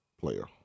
player